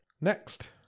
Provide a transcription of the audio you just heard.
Next